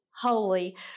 holy